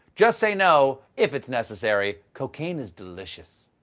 just say no, if it's necessary. cocaine is delicious.